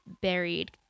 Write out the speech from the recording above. buried